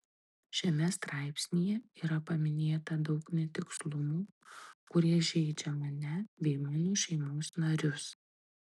šiame straipsnyje yra paminėta daug netikslumų kurie žeidžia mane bei mano šeimos narius